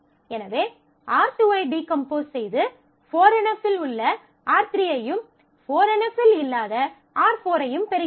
எனவே R2 ஐ decompose செய்து 4 NF இல் உள்ள R3 ஐயும் 4 NF இல் இல்லாத R4 ஐயும் பெறுகிறோம்